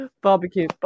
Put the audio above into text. Barbecue